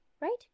right